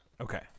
okay